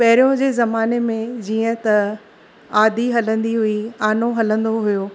पहिरियों जे ज़माने में जीअं त आदि हलंदी हुई आनो हलंदो हुओ